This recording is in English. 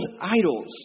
idols